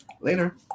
Later